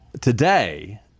Today